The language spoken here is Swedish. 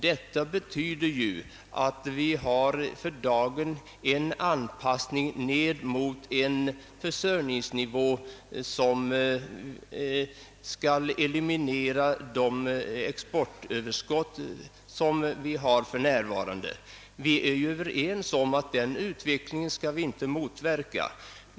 Detta betyder att det för dagen sker en anpassning mot en sådan försörjningsnivå att nuvarande exportöverskottet av livsmedel kommer att elimineras. Vi är överens om att vi inte för närvarande skall motverka denna utveckling.